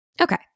okay